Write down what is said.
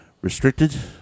Restricted